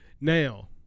Now